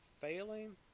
failing